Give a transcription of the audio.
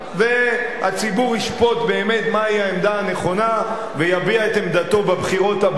והציבור ישפוט באמת מהי העמדה הנכונה ויביע את עמדתו בבחירות הבאות,